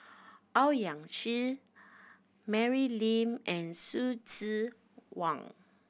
Owyang Chi Mary Lim and Hsu Tse Kwang